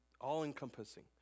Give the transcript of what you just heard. all-encompassing